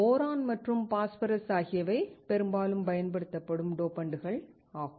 boron மற்றும் phosphorus ஆகியவை பெரும்பாலும் பயன்படுத்தப்படும் டோபண்டுகள் ஆகும்